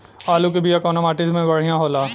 आलू के बिया कवना माटी मे बढ़ियां होला?